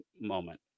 moment